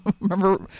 Remember